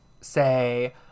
say